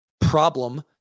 problem